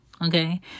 Okay